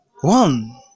One